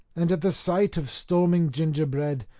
and at the sight of storming gingerbread,